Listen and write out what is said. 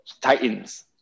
Titans